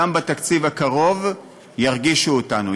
גם בתקציב הקרוב ירגישו אותנו,